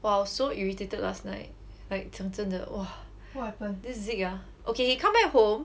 !wow! so irritated last night like 讲真的 !whoa! this zeke ah okay he come back home